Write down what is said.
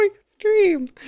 extreme